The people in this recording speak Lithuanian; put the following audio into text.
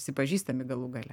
visi pažįstami galų gale